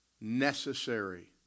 necessary